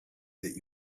that